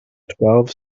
twelve